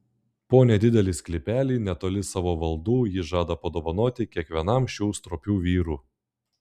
po nedidelį sklypelį netoli savo valdų ji žada padovanoti kiekvienam šių stropių vyrų